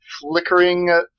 flickering